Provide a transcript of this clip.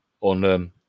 on